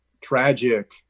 tragic